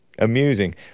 Amusing